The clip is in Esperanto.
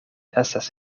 estas